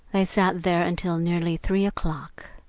they sat there until nearly three o'clock.